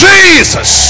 Jesus